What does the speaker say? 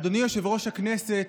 אדוני יושב-ראש הכנסת,